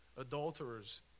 adulterers